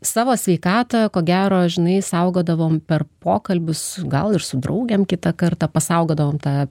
savo sveikatą ko gero žinai saugodavom per pokalbius gal ir su draugėm kitą kartą pasaugodavom tą